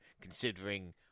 considering